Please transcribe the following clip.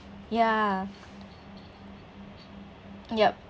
ya yup